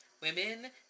women